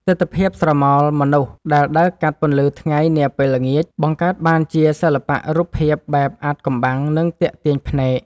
ទិដ្ឋភាពស្រមោលមនុស្សដែលដើរកាត់ពន្លឺថ្ងៃនាពេលល្ងាច បង្កើតបានជាសិល្បៈរូបភាពបែបអាថ៌កំបាំង និងទាក់ទាញភ្នែក។